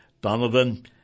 Donovan